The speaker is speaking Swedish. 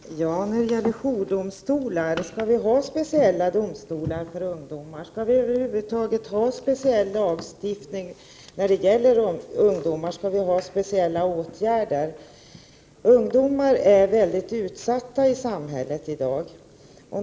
Fru talman! När det gäller jourdomstolar kan man fråga om vi skall ha speciella domstolar för ungdomar. Skall vi över huvud taget ha en speciell lagstiftning för ungdomar, och skall vi vidta speciella åtgärder för dem? Ungdomar är mycket utsatta i samhället i dag.